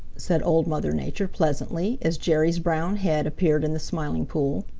said old mother nature pleasantly, as jerry's brown head appeared in the smiling pool.